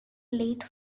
late